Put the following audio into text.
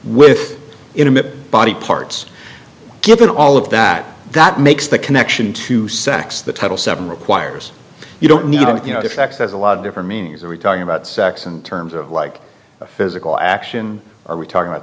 with intimate body part it's given all of that that makes the connection to sex the title seven requires you don't need you know if x has a lot of different meanings are we talking about sex and terms of like physical action are we talking about